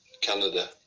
Canada